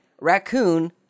raccoon